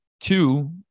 Two